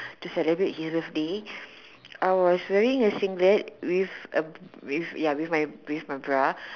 to celebrate his birthday I was wearing a singlet with a with ya with my bra